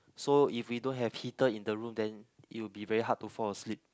so if we don't have heater in the room then it will be very hard to fall asleep